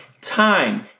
Time